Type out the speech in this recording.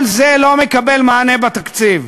כל זה לא מקבל מענה בתקציב,